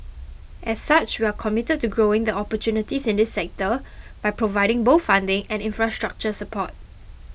as such we are committed to growing the opportunities in this sector by providing both funding and infrastructure support